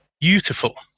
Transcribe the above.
Beautiful